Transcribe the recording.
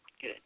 good